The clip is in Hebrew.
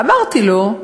אמרתי לו: